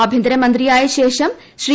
ആഭ്യന്തരമന്ത്രിയായ ശേഷം ശ്രീ